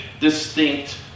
distinct